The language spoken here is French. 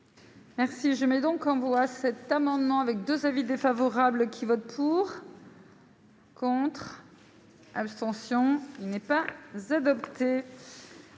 Merci, je mets donc on voit cet amendement avec 2 avis défavorables qui vote pour. Contre, abstention, il n'est pas adopté.